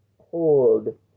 hold